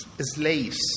Slaves